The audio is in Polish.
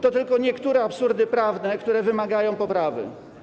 To tylko niektóre absurdy prawne, które wymagają poprawy.